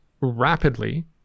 rapidly